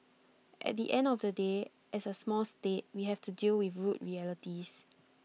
at the end of the day as A small state we have to deal with rude realities